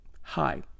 hi